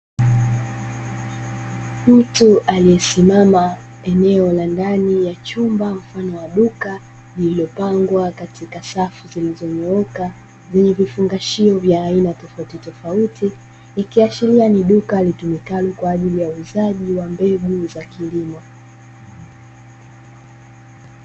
Mtu aliyesimama eneo la ndani ya chumba mfano wa duka; lililopangwa katika safu zilizonyooka zenye vifungashio vya aina tofautitofauti, ikiashiria ni duka litumikalo kwa ajili ya uuzaji wa mbegu za kilimo.